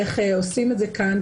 איך עושים את זה כאן,